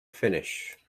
finnish